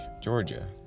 Georgia